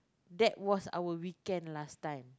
that was our weekend last time